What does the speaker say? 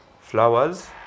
Flowers